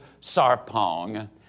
Sarpong